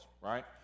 right